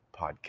podcast